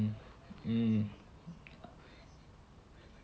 mm mm